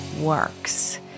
works